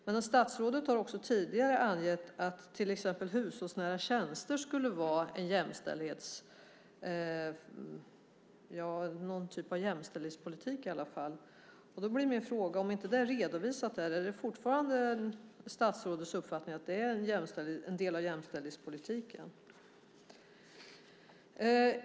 Men statsrådet har också tidigare angett att till exempel avdragen för hushållsnära tjänster skulle vara någon typ av jämställdhetspolitik. Då blir min fråga: Om inte det är redovisat, är det då fortfarande statsrådets uppfattning att det är en del av jämställdhetspolitiken?